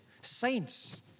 saints